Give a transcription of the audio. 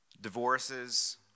divorces